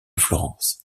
florence